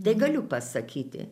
tai galiu pasakyti